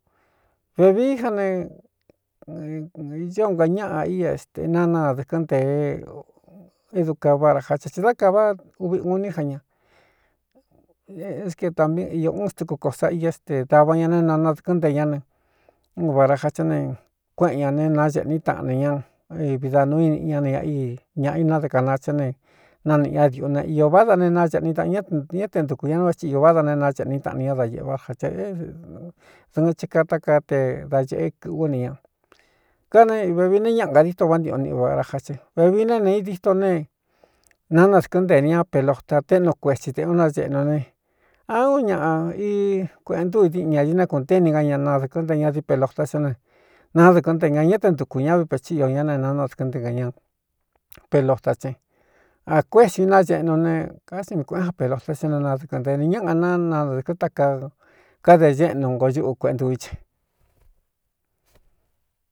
Vevií já ne o nka ñáꞌa i stena nadɨ̄kɨ́n ntee édu ka vá ra ja cha tɨ dá kāvá uvi u iní ja ña nseta mí iō uun stuku kosa i é ste dava ña neé nanadɨ̄kɨ́n nte ñá ne unbaraja chá ne kuéꞌen ñā ne naácēꞌní taꞌanī ñá vi da nuu ñána ñāꞌ ináde kana chá ne naniꞌ ñadiuꞌu ne iō váda ne nacēꞌni taꞌan ñá ñá te ntukū ña n va tɨ i váda ne naáchēꞌní taꞌani ñá da īēꞌvá ra cha é dɨ̄ɨn che kaata kaa te da ñēꞌé kɨ̄ꞌú ne ña kanevevií ne ñaꞌa kadito vántiꞌo niꞌi vāra ja ce vevií ne nē i dîto ne nanadɨ̄kɨn ntee ni ña pelota téꞌnu kuetsī tē un nañeꞌnu ne á uun ñaꞌa i kuēꞌen ntúu i diꞌi ñādiné kūnté ni ña ña nadɨ̄kɨn nte ña dipelota sá ne naádɨkɨɨn nte ña ñá te ntukū ña vi pechí io ñá neé nana dɨ̄kɨ́n nté kɨ̄n ña pelota tsen a kuésī inañeꞌnu ne kásin mi kuēꞌn ja pelota sá ne nadɨkɨn nte ni ñáꞌa na nanadɨ̄kɨ́n tákaa kádē ñéꞌnu ngo ñúꞌu kueꞌentuu í cse.